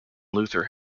luther